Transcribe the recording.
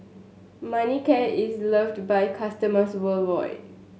Manicare is loved by customers worldwide